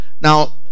Now